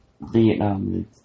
Vietnam